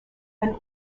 and